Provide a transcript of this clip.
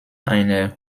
einer